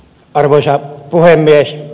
arvoisa puhemies